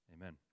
Amen